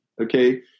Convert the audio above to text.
Okay